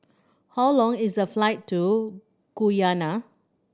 how long is the flight to Guyana